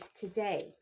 today